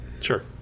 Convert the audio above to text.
Sure